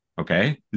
okay